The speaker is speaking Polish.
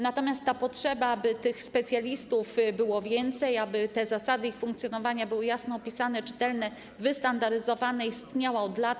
Natomiast potrzeba, by tych specjalistów było więcej, aby zasady ich funkcjonowania były jasno opisane, czytelne, zestandaryzowane, istniała od lat.